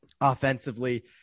offensively